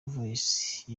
voice